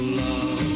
love